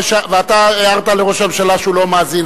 ואתה הערת לראש הממשלה שהוא לא מאזין.